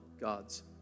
God's